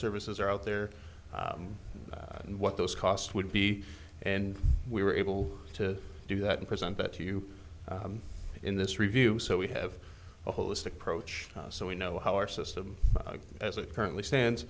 services are out there and what those cost would be and we were able to do that and present it to you in this review so we have a holistic approach so we know how our system as it currently stands